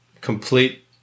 complete